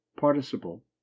participle